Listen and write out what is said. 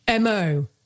MO